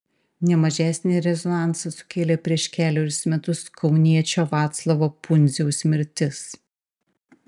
ne mažesnį rezonansą sukėlė prieš kelerius metus kauniečio vaclovo pundziaus mirtis